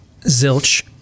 Zilch